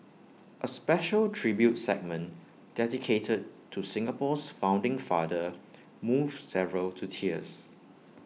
A special tribute segment dedicated to Singapore's founding father moved several to tears